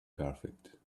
perfect